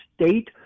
state